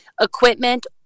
equipment